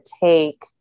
take